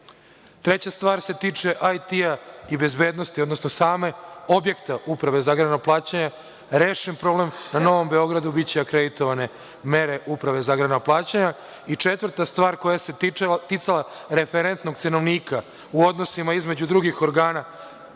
snage. Treća stvar se tiče IT i bezbednosti, odnosno samog objekta Uprave za agrarno plaćanje. Rešen problem, na Novom Beogradu biće akreditovane mere Uprave za agrarno plaćanje i četvrta stvar koja se ticala referentnog cenovnika u odnosima između drugih organa